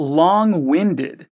long-winded